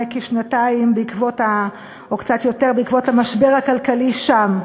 כשנתיים או קצת יותר בעקבות המשבר הכלכלי שם,